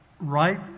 right